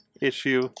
issue